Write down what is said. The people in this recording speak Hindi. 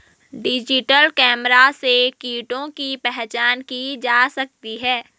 डिजिटल कैमरा से कीटों की पहचान की जा सकती है